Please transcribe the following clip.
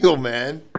man